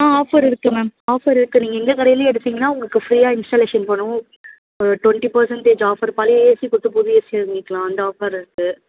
ஆ offer இருக்குது ma'am offer இருக்குது நீங்கள் எங்கள் கடையிலே எடுத்தீங்கனால் உங்களுக்கு ஃப்ரீயாக இன்ஸ்டாலேஷன் பண்ணுவோம் அப்புறம் ட்வெண்ட்டி பர்ஸண்டேஜ் ஆஃபர் பழைய ஏசி கொடுத்து புது ஏசி வாங்கிக்கலாம் அந்த ஆஃபர் இருக்குது